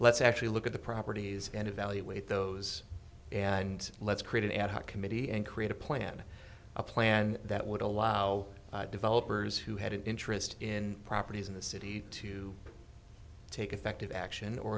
let's actually look at the properties and evaluate those and let's create an ad hoc committee and create a plan a plan that would allow developers who had an interest in properties in the city to take effective action or